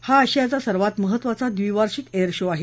हा आशियाचा सर्वात महत्त्वाचा द्विवाषिंक एअर शो आहे